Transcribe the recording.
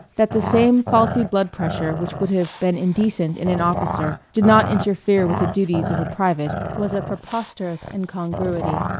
that the same faulty blood-pressure which would have been indecent in an officer did not interfere with the duties of a private was a preposterous incongruity.